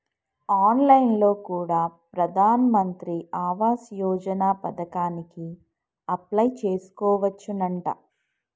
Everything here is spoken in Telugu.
ఆన్ లైన్ లో కూడా ప్రధాన్ మంత్రి ఆవాస్ యోజన పథకానికి అప్లై చేసుకోవచ్చునంట